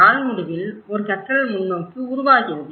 நாள் முடிவில் ஒரு கற்றல் முன்னோக்கு உருவாகிறது